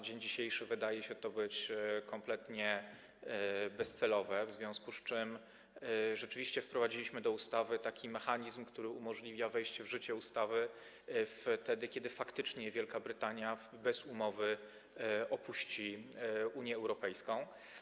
Dzisiaj wydaje się to kompletnie bezcelowe, w związku z czym rzeczywiście wprowadziliśmy do ustawy taki mechanizm, który umożliwia wejście w życie ustawy wtedy, kiedy faktycznie Wielka Brytania bez umowy opuści Unię Europejską.